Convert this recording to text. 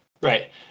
right